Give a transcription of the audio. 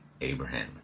Abraham